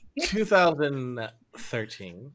2013